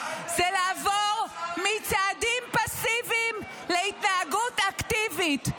זה לעבור מצעדים פסיביים להתנהגות אקטיבית.